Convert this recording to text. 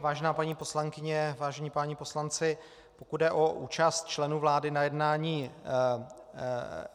Vážená paní poslankyně, vážení páni poslanci, pokud jde o účast členů vlády na jednání